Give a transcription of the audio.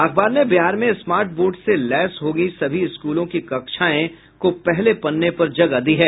अखबार ने बिहार में स्मार्ट बोर्ड से लैस होंगी सभी स्कूलों की कक्षायें को पहले पन्ने पर जगह दी है